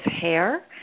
hair